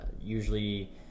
usually